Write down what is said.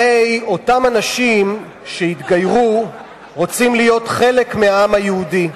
הרי אותם אנשים שהתגיירו רוצים להיות חלק מהעם היהודי.